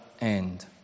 end